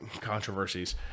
controversies